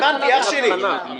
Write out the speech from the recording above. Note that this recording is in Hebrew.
הבנתי, יהודה דורון,